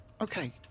Okay